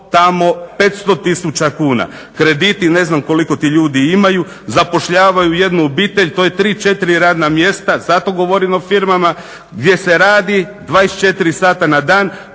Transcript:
tamo 500 tisuća kuna. Krediti ne znam koliko ti ljudi imaju, zapošljavaju jednu obitelj to je 3, 4 radna mjesta zato govorim o firmama gdje se radi 24 sata na dan